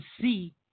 see